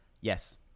Yes